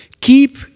Keep